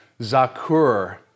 Zakur